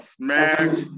Smash